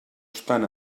estan